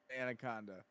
Anaconda